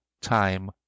time